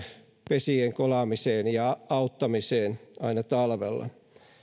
pesien kolaamiseen ja auttamiseen aina talvella